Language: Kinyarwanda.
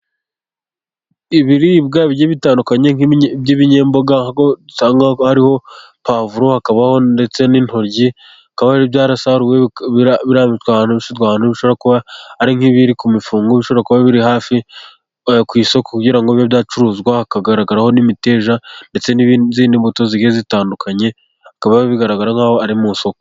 Ibiribwa bigiye bitandukanye by'ibinyemboga ,kuko hariho pavuro, hakabaho ndetse n'intoryi, bikaba byarasaruwe birambitswe ahantu, bishyizwe ahantu, bishobora kuba ari nk'ibiri ku mifungo ,bishobora kuba biri hafi ku isoko ,kugira ngo bibe byacuruzwa ,hakagaragaraho n'imiteja ,ndetse n'zindi mbuto zigiye zitandukanye, hakabaho bigaragara nk'aho ari mu isoko.